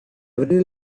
abrir